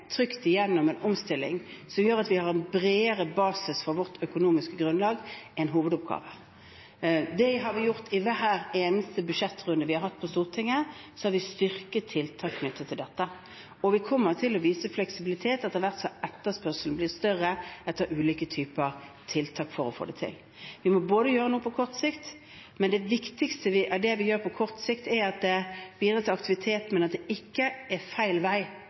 trygt igjennom en omstilling som gjør at vi har en bredere basis for vårt økonomiske grunnlag, en hovedoppgave. I hver eneste budsjettrunde vi har hatt på Stortinget, har vi styrket tiltakene knyttet til dette, og vi kommer til å vise fleksibilitet etter hvert som etterspørselen blir større etter ulike typer tiltak for å få det til. Vi må gjøre noe både på kort og på lang sikt. Det viktigste med det vi gjør på kort sikt, er at det bidrar til aktivitet, men at det ikke går feil vei